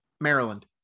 Maryland